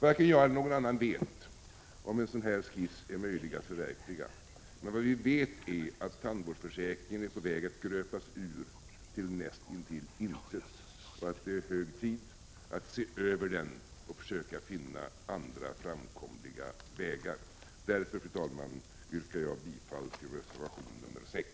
Varken jag eller någon annan vet om en sådan här skiss är möjlig att förverkliga, men vad vi vet är att tandvårdsförsäkringen är på väg att gröpas ur till nästintill intet och att det är hög tid att se över den och försöka finna andra framkomliga vägar. Därför, herr talman, yrkar jag bifall till reservation nr 6.